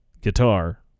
guitar